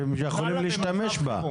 יכולים להשתמש בה.